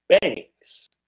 banks